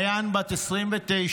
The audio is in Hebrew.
מעיין, בת 29,